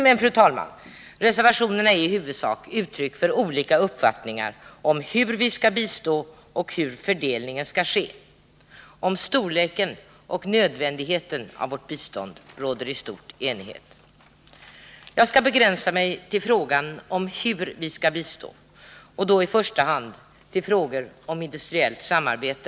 Men, fru talman, reservationerna är i huvudsak uttryck för olika uppfattningar om hur vi skall bistå och hur fördelningen skall ske. Om storleken och nödvändigheten av vårt bistånd råder i stort enighet. Jag skall begränsa mig till frågan om hur vi skall bistå, och då i första hand till spörsmål om industriellt samarbete.